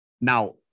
Now